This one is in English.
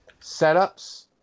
setups